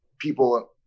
people